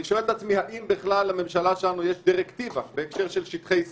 אני שואל את עצמי: האם בכלל לממשלה שלנו יש דירקטיבה בהקשר של שטחי C?